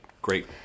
Great